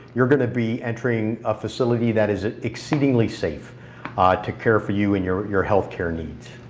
you're going to be entering a facility that is exceedingly safe to care for you and your your healthcare needs.